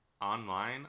online